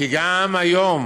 כי גם היום